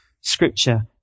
Scripture